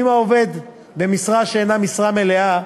אם העובד במשרה שאינה משרה מלאה,